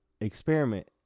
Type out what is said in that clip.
experiment